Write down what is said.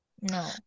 No